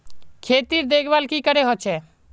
खेतीर देखभल की करे होचे?